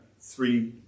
three